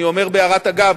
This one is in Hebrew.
אני אומר בהערת אגב,